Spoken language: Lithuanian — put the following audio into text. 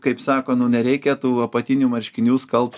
kaip sako nu nereikia tų apatinių marškinių skalbt